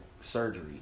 surgery